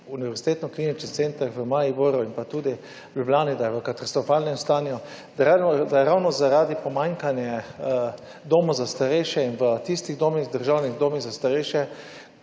Univerzitetnih kliničnih centrih v Mariboru in tudi v Ljubljani, da je v katastrofalnem stanju, da je ravno zaradi pomanjkanja doma za starejše in v tistih domih, državnih domih za starejše,